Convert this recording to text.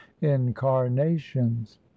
incarnations